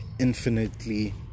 infinitely